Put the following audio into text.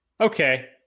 Okay